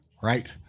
right